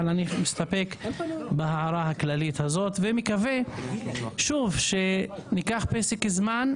אבל אני מסתפק בהערה הכללית הזאת ומקווה שניקח פסק זמן,